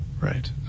right